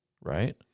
right